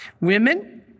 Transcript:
Women